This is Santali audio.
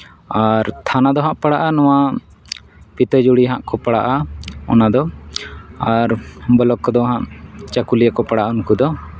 ᱟᱨ ᱛᱷᱟᱱᱟ ᱫᱚ ᱦᱟᱸᱜ ᱯᱟᱲᱟᱜᱼᱟ ᱱᱚᱣᱟ ᱯᱷᱤᱛᱟᱹᱡᱩᱲᱤ ᱦᱟᱸᱜ ᱠᱚ ᱯᱟᱲᱟᱜᱼᱟ ᱚᱱᱟᱫᱚ ᱟᱨ ᱵᱞᱚᱠ ᱠᱚᱫᱚ ᱦᱟᱸᱜ ᱪᱟᱹᱠᱩᱞᱤᱭᱟᱹ ᱠᱚ ᱯᱟᱲᱟᱜᱼᱟ ᱩᱱᱠᱩ ᱫᱚ